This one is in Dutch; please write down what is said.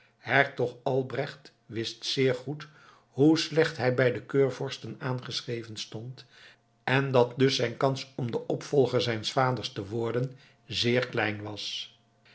hertog albrecht wist zeer goed hoe slecht hij bij de keurvorsten aangeschreven stond en dat dus zijne kans om de opvolger zijns vaders te worden zeer gering was